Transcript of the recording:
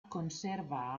conserva